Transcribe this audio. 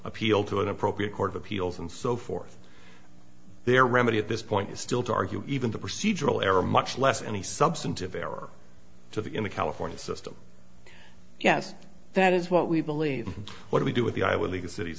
appeal to an appropriate court of appeals and so forth there remedy at this point is still to argue even the procedural error much less any substantive error to the in the california system yes that is what we believe what we do with the i will leave the cities